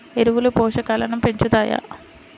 ఎరువులు పోషకాలను పెంచుతాయా?